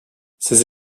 ces